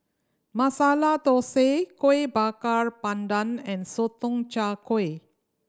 Masala Thosai Kuih Bakar Pandan and Sotong Char Kway